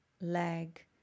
leg